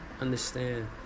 Understand